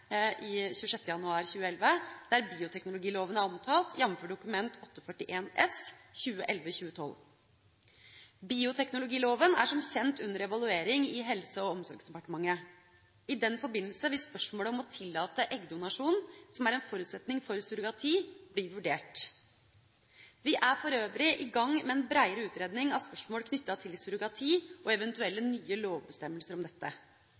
kjent, under evaluering i Helse- og omsorgsdepartementet. I den forbindelse vil spørsmålet om å tillate eggdonasjon, som er en forutsetning for surrogati, bli vurdert. Vi er for øvrig i gang med en breiere utredning av spørsmål knyttet til surrogati og eventuelle nye lovbestemmelser om dette.